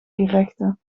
gerechten